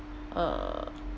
uh